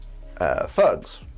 thugs